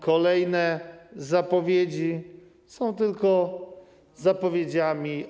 Kolejne zapowiedzi są tylko zapowiedziami.